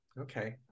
Okay